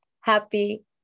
happy